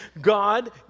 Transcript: God